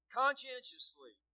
conscientiously